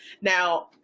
Now